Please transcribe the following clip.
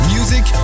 Music